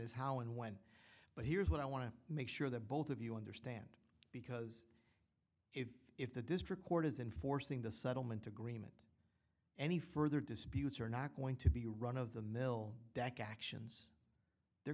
is how and when but here's what i want to make sure that both of you understand because if if the district court isn't forcing the settlement agreement any further disputes are not going to be run of the mill deck actions they're